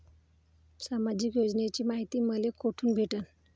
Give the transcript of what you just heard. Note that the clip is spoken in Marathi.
सामाजिक योजनेची मायती मले कोठून भेटनं?